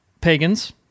pagans